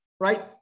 Right